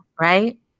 right